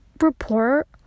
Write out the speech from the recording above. report